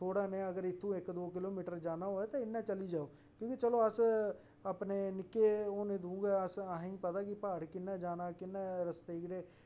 थोह्ड़ा जेहा अगर इत्थूं दा इक दौं किलोमिटर जाना होऐ ते इन्ना चली जाह्ग क्योंकि चलो अस अपने निक्के होने तूं गै पता ऐ कि प्हाड़ कि'यां जाना कि'यां रस्ते च